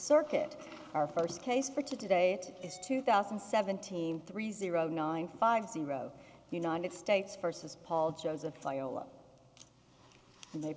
circuit our first case for today it is two thousand and seventeen three zero nine five zero united states versus paul joseph iowa and they